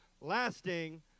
lasting